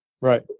Right